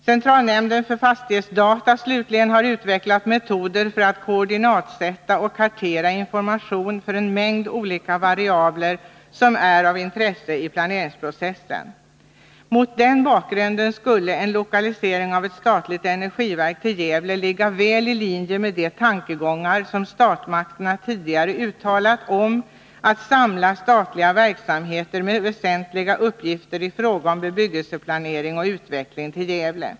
Centralnämnden för fastighetsdata, slutligen, har utvecklat metoder för att koordinatsätta och kartera information för en mängd olika variabler som är av intresse i planeringsprocessen. Mot den bakgrunden skulle en lokalisering av ett statligt energiverk till Gävle ligga väl i linje med de tankegångar som statsmakterna tidigare uttalat om att samla statliga verksamheter med väsentliga uppgifter i fråga om bebyggelseplanering och utveckling till Gävle.